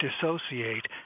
dissociate